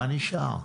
מה נשאר?